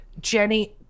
Jenny